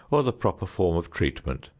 or the proper form of treatment,